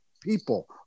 people